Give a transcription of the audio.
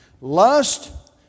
Lust